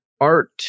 art